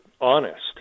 honest